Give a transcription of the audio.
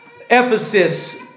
Ephesus